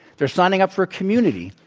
they're signing up for a community.